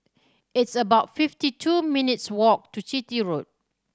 it's about fifty two minutes' walk to Chitty Road